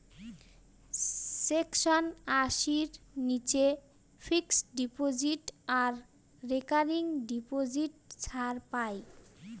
section আশির নীচে fixed deposit আর রেকারিং ডিপোজিট ছাড় পাই